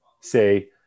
say